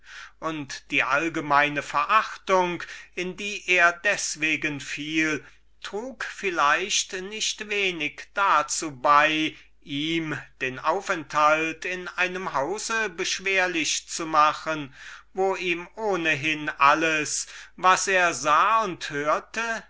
und die verachtung in die er deswegen bei jedermann fiel trug vielleicht nicht wenig dazu bei ihm den aufenthalt in einem hause beschwerlich zu machen wo ihm ohnehin alles was er sah und hörte